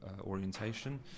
orientation